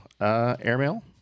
airmail